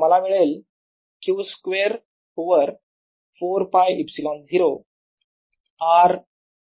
तर मला मिळेल Q स्क्वेअर ओवर 4 π ε0 R